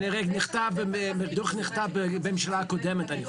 כנראה, הדוח נכתב בממשלה הקודמת, אני חושב.